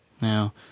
Now